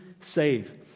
save